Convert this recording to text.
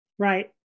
Right